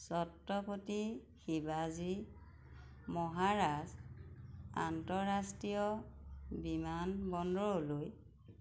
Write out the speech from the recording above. ছত্ৰপতি শিৱাজী মহাৰাজ আন্তঃৰাষ্ট্ৰীয় বিমানবন্দৰলৈ